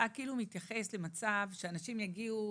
אתה כאילו מתייחס למצב שאנשים יגיעו,